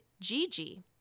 Gigi